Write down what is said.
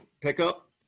pickup